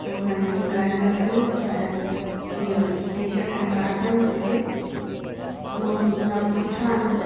त बसि Nike brand जा शूस ऐं हीअ टि शर्ट ऐं ट्राक आहिनि जेके हूअं बि जामु सुठा आहिनि